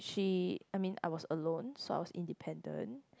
she I mean I was alone so I was independant